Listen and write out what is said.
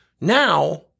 Now